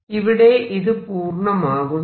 ഇവിടെ ഇത് പൂർണ്ണമാകുന്നില്ല